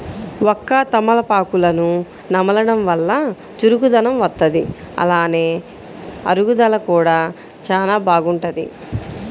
వక్క, తమలపాకులను నమలడం వల్ల చురుకుదనం వత్తది, అలానే అరుగుదల కూడా చానా బాగుంటది